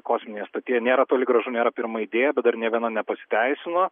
kosminėje stotyje nėra toli gražu nėra pirma idėja bet dar nė viena nepasiteisino